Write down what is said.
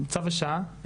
צו השעה.